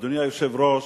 אדוני היושב-ראש,